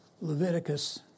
Leviticus